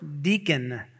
deacon